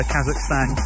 Kazakhstan